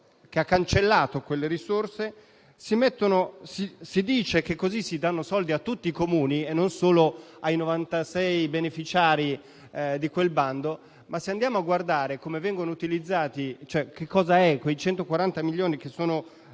che ha cancellato quelle risorse, si dice che così si danno soldi a tutti i Comuni e non solo ai 96 beneficiari di quel bando. Ma se andiamo a guardare cosa sono quei 140 milioni che sono dati